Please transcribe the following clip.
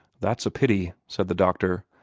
that's a pity, said the doctor,